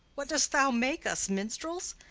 what, dost thou make us minstrels?